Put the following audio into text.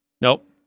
Nope